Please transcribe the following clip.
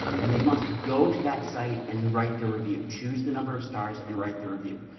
and they must go to that site and write their review, choose the number of stars, and write their review.